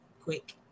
Quick